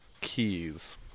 Keys